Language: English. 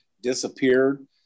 disappeared